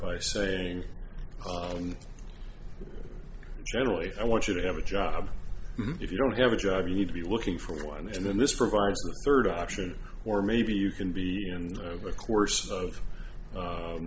by saying generally i want you to have a job if you don't have a job you need to be looking for one and then this provides the rd option or maybe you can be in the course of